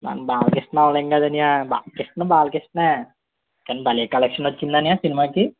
మన బాలకృష్ణ వల్లే కదా అన్నయ్య బాలకృష్ణ బాలకృష్ణే కానీ బలే కలెక్షన్ వచ్చింది అన్నయ్య సినిమాకి